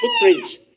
footprints